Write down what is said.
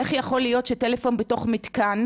איך יכול להיות שטלפון בתוך מתקן,